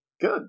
Good